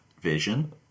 Vision